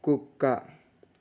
కుక్క